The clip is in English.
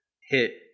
hit